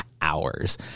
hours